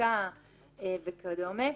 עריקה וכדומה.